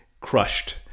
crushed